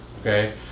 Okay